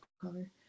color